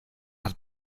hat